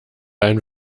ein